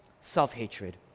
self-hatred